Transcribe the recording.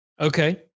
Okay